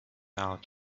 out